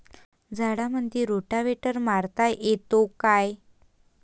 झाडामंदी रोटावेटर मारता येतो काय?